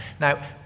Now